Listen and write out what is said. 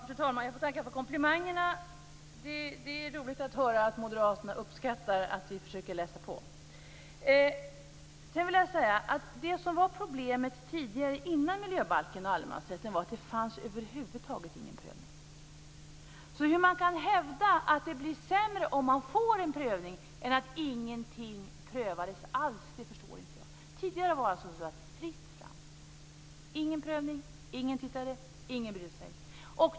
Fru talman! Jag får tacka för komplimangerna. Det är roligt att höra att moderaterna uppskattar att vi försöker läsa på. Det som var problemet tidigare, före miljöbalken och allemansrätten, var att det över huvud taget inte fanns någon prövning. Hur man kan hävda att det blir sämre om man får en prövning än när ingenting alls prövas förstår jag inte. Tidigare var det fritt fram. Det var ingen prövning och ingen tittade och ingen brydde sig.